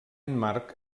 marc